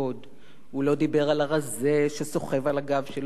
הוא לא דיבר על הרזה שסוחב על הגב שלו את השמן.